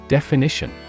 Definition